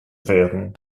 werden